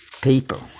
People